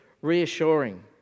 reassuring